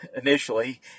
initially